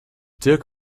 dirk